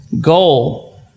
goal